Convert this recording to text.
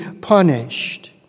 punished